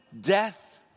death